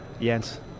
Jens